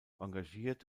engagiert